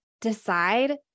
decide